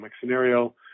scenario